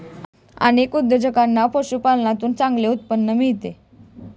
अनेक उद्योजकांना पशुपालनातून चांगले उत्पन्न मिळते